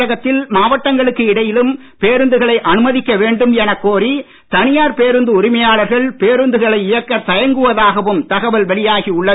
தமிழகத்தில் மாவட்டங்களுக்கு இடையிலும் பேருந்துகளை அனுமதிக்க வேண்டும் எனக் கோரி தனியார் பேருந்து உரிமையாளர்கள் பேருந்துகளை இயக்கத் தயங்குவதாகவும் தகவல் வெளியாகி உள்ளது